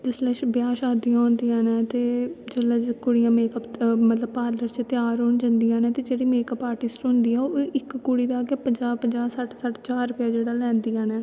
जिसलै ब्याह् शादियां होंदियां नै ते जिसलै कुड़ियां मतलव पार्लर जंदियां च त्यार होंदियां नै ते जेह्ड़े मेकअप आर्टिस्ट होंदे नै ओह् इक इक कुड़ी दा गै पंजा पंजा सट्ठ सट्ठ जहार रपेआ लैंदियां नै